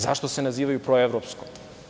Zašto se nazivaju proevropskom?